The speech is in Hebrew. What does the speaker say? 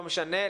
לא משנה,